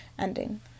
ending